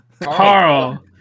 Carl